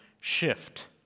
shift